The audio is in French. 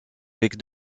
avec